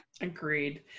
agreed